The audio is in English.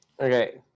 Okay